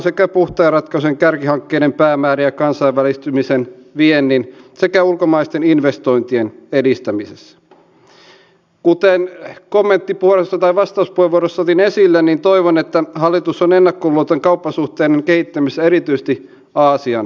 arvoisa ministeri sanoitteko äsken ymmärsinkö oikein äsken kun puhuitte tästä omaishoidosta että se on se tavoite että omaishoitajat sukupuolesta riippumatta ovat siellä kotona ja hoitavat jatkossa entistä enemmän ikääntyviä vanhuksia